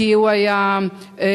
כי הוא היה שותף